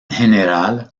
general